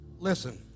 Listen